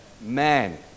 Man